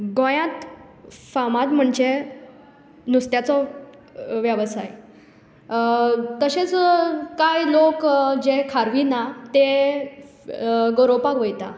गोंयांत फामाद म्हणचे नुस्त्याचो वेवसाय तशेंच कांय लोक जे खारवी ना ते गरोवपाक वयतात